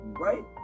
Right